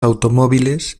automóviles